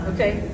Okay